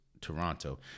Toronto